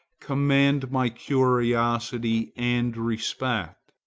command my curiosity and respect.